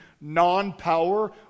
non-power